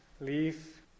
leave